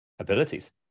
abilities